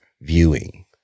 viewing